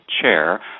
chair